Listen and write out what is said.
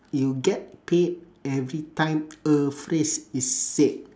you get paid every time a phrase is said